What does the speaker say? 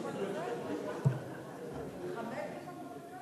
חמש דקות לכל דובר?